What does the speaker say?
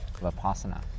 Vipassana